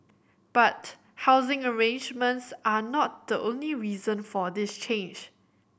but housing arrangements are not the only reason for this change